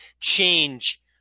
change